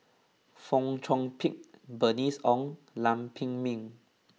Fong Chong Pik Bernice Ong and Lam Pin Min